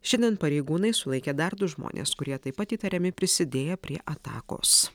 šiandien pareigūnai sulaikė dar du žmones kurie taip pat įtariami prisidėję prie atakos